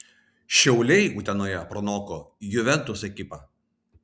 šiauliai utenoje pranoko juventus ekipą